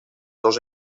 dos